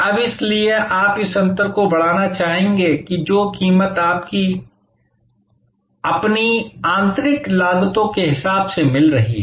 अब इसलिए आप इस अंतर को बढ़ाना चाहेंगे कि जो कीमत आपको अपनी आंतरिक लागतों के हिसाब से मिल रही है